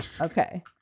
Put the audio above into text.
okay